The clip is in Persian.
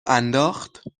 انداخت